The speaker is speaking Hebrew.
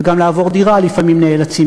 וגם לעבור דירה לפעמים נאלצים,